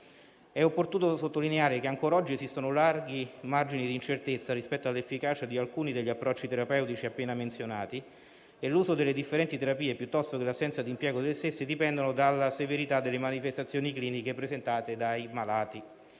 È opportuno sottolineare che ancora oggi esistono larghi margini di incertezza rispetto all'efficacia di alcuni degli approcci terapeutici appena menzionati e che l'uso delle differenti terapie piuttosto che l'assenza di impiego delle stesse dipendono dalla severità delle manifestazioni cliniche presentate dai malati.